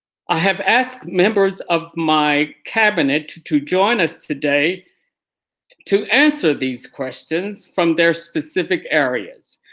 i have asked members of my cabinet to to join us today to answer these questions from their specific areas.